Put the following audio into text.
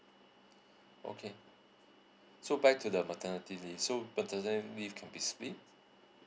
okay so back to the maternity leave so paternity leave can be split